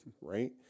Right